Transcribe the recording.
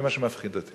זה מה שמפחיד אותי.